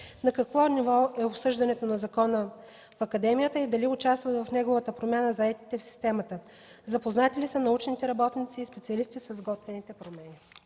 На какво ниво е обсъждането на закона в Академията и дали участват в неговата промяна заетите в системата? Запознати ли са научните работници и специалисти с готвените промени?